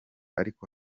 ariko